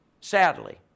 Sadly